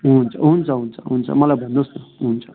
हुन्छ हुन्छ हुन्छ हुन्छ मलाई भन्नुहोस् न हुन्छ